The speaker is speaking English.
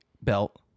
belt